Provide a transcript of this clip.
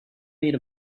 made